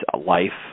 life